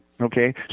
Okay